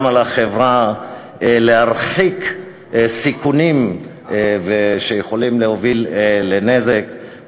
לחברה להרחיק סיכונים שיכולים להוביל לנזק.